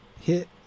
hit